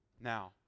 Now